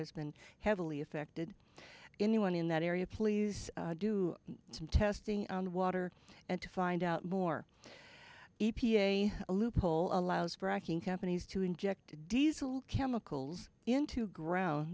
has been heavily affected anyone in that area please do some testing on water and to find out more e p a a loophole allows fracking companies to inject diesel chemicals into ground